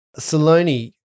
Saloni